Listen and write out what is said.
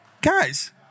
Guys